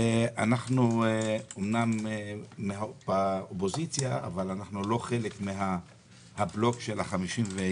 אנחנו אמנם באופוזיציה אבל אנחנו לא חלק מהבלוק של ה-52,